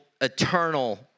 eternal